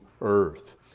earth